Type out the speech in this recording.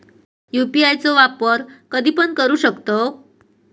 UPI चो वापर कधीपण करू शकतव?